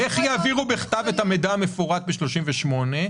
איך יעבירו בכתב את המידע המפורט בסעיף 38,